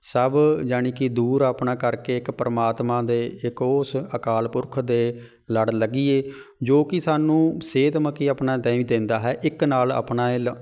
ਸਭ ਜਾਣੀ ਕਿ ਦੂਰ ਆਪਣਾ ਕਰਕੇ ਇੱਕ ਪਰਮਾਤਮਾ ਦੇ ਇੱਕ ਉਸ ਅਕਾਲ ਪੁਰਖ ਦੇ ਲੜ ਲੱਗੀਏ ਜੋ ਕਿ ਸਾਨੂੰ ਸਿਹਤ ਮਕੀ ਆਪਣਾ ਦੇ ਦਿੰਦਾ ਹੈ ਇੱਕ ਨਾਲ ਆਪਣਾ